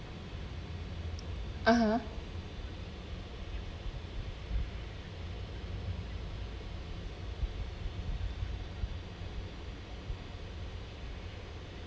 (uh huh)